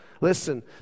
Listen